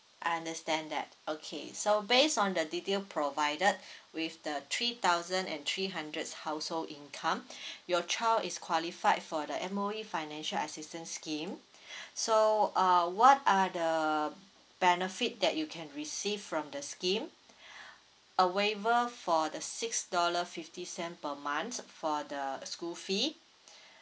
I understand that okay so based on the detail provided with the three thousand and three hundreds household income your child is qualified for the M_O_E financial assistance scheme so uh what are the benefit that you can receive from the scheme a waiver for the six dollar fifty cent per month for the school fee